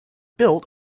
built